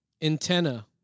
Antenna